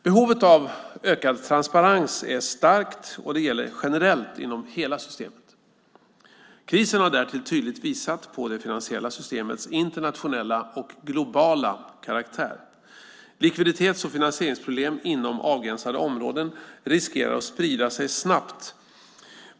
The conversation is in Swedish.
Behovet av ökad transparens är starkt och det gäller generellt inom hela systemet. Krisen har därtill tydligt visat på det finansiella systemets internationella och globala karaktär. Likviditets och finansieringsproblem inom avgränsade områden riskerar att sprida sig snabbt.